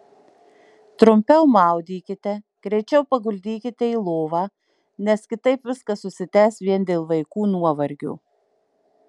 trumpiau maudykite greičiau paguldykite į lovą nes kitaip viskas užsitęs vien dėl vaikų nuovargio